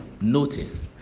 notice